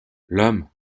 l’homme